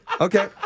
okay